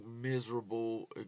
miserable